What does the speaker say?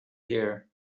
here